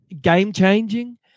game-changing